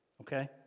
okay